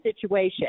situation